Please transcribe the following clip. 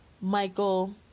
Michael